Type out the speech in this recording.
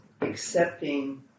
accepting